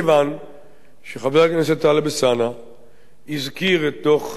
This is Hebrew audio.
שחבר הכנסת טלב אלסאנע הזכיר את דוח טליה ששון,